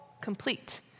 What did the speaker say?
complete